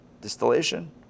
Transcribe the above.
Distillation